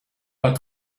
pas